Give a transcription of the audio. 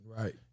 Right